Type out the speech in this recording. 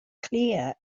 clear